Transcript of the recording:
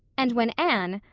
and when anne,